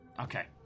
Okay